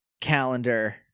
calendar